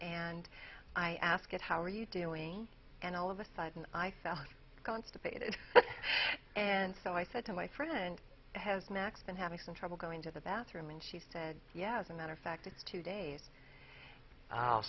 and i asked how are you doing and all of a sudden i felt constipated and so i said to my friend has max been having some trouble going to the bathroom and she said yeah as a matter of fact it's two days